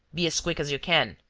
be as quick as you can.